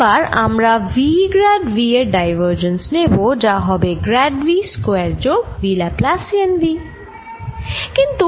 আবার আমরা V grad V এর ডাইভারজেন্স নেব যা হবে গ্র্যাড V স্কয়ার যোগ V ল্যাপ্লাসিয়ান V